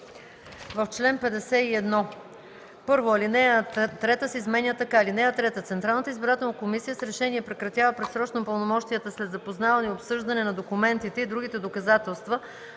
„В чл. 51: 1. Алинея 3 се изменя така: „(3) Централната избирателна комисия с решение прекратява предсрочно пълномощията след запознаване и обсъждане на документите и другите доказателства,